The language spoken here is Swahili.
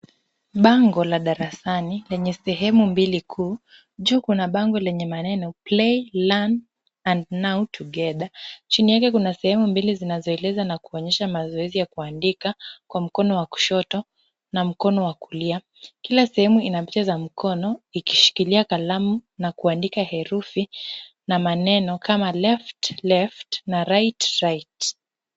Bango la darasani lenye sehemu mbili kuu. Juu kuna bango lenye maneno play, learn and now together chini yake kuna sehemu mbili zinazo eleza na kuonyesha mazoezi ya kuandika kwa mkono wa kushoto na mkono wa kulia. Kila sehemu ina picha za mkono ikishikila kalamu na kuandika herufi na maneno kama left left na right right .